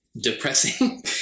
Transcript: depressing